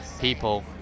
people